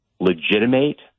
legitimate